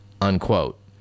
unquote